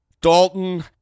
Dalton